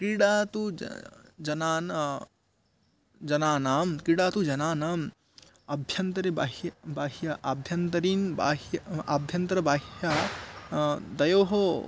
क्रीडा तु ज जनान् जनानां क्रिडा तु जनानाम् आभ्यन्तरे बाह्यं बाह्यम् आभ्यन्तरं बाह्यम् आभ्यन्तरं बाह्यं द्वयोः